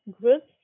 groups